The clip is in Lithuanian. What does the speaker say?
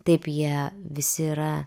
taip jie visi yra